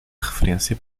referência